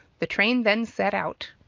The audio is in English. the train then set out.